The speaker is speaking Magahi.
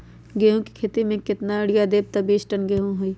गेंहू क खेती म केतना यूरिया देब त बिस टन गेहूं होई?